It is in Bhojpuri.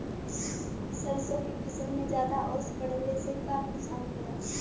सरसों के फसल मे ज्यादा ओस पड़ले से का नुकसान होला?